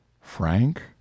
Frank